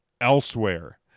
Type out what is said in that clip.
elsewhere